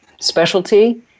specialty